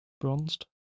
Bronzed